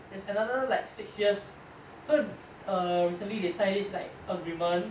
there's another like six years so err recently they sign this like agreement